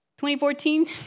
2014